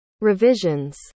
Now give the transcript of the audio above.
revisions